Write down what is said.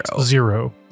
zero